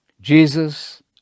Jesus